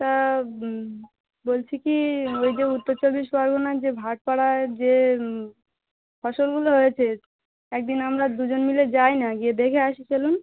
তা বলছি কী ওই যে উত্তর চব্বিশ পরগনার যে ভাট পাড়ায় যে ফসলগুলো হয়েছে এক দিন আমরা দুজন মিলে যাই না গিয়ে দেখে আসি চলুন